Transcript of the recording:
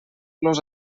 los